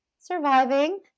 surviving